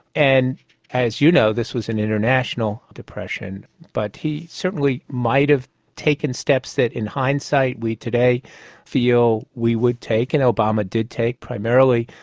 and as you know, this was an international depression, but he certainly might have taken steps that in hindsight we today feel we would take, and obama did take primarily,